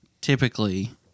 typically